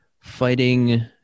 fighting